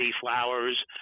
Flowers